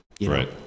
right